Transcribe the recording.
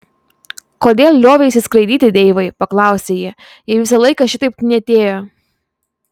kodėl lioveisi skraidyti deivai paklausė ji jei visą laiką šitaip knietėjo